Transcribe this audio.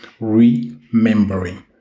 remembering